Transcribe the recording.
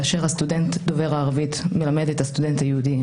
כאשר הסטודנט דובר הערבית מלמד את הסטודנט היהודי